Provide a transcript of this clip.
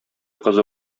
кызы